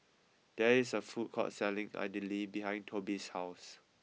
there is a food court selling Idili behind Toby's house